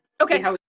Okay